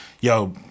yo